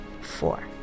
four